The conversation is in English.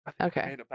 okay